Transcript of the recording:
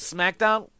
SmackDown